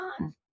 on